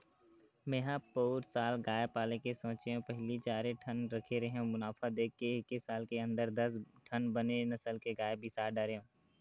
मेंहा पउर साल गाय पाले के सोचेंव पहिली चारे ठन रखे रेहेंव मुनाफा देख के एके साल के अंदर दस ठन बने नसल के गाय बिसा डरेंव